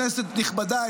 כנסת נכבדה,